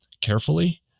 carefully